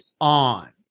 on